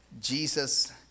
Jesus